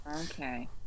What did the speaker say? Okay